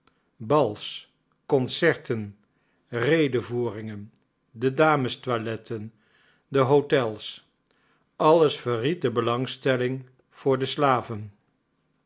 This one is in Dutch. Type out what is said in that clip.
bals concerten redevoeringen de damestoiletten de hotels alles verried de belangstelling voor de slaven